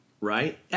Right